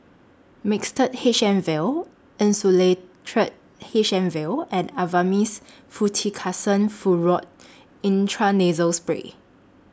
Mixtard H M Vial Insulatard H M Vial and Avamys Fluticasone Furoate Intranasal Spray